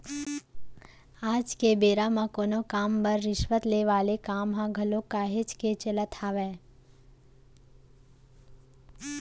आज के बेरा म कोनो काम बर रिस्वत ले वाले काम ह घलोक काहेच के चलत हावय